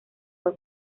fue